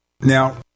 Now